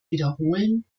wiederholen